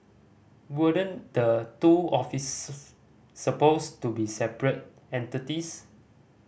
weren't the two offices supposed to be separate entities